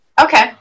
Okay